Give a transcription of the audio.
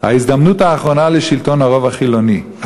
ההזדמנות האחרונה לשלטון הרוב החילוני,